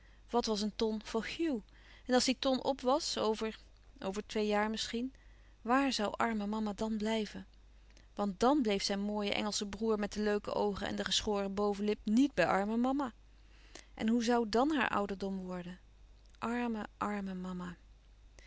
wat was een ton voor hugh en als die ton op was over over twee jaar misschien waar zoû arme mama dan blijven want dàn bleef zijn mooie engelsche broêr met de leuke oogen en de geschoren bovenlip niet bij arme mama en hoe zoû dàn haar ouderdom worden arme arme mama